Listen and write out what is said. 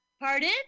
Pardon